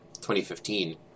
2015